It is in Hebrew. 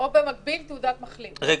או תעודת מחלים במקביל.